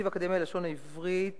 תקציב האקדמיה ללשון הערבית